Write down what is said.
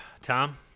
Tom